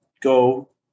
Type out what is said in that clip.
go